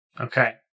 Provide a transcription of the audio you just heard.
Okay